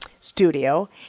studio